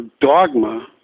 dogma